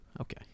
Okay